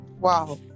Wow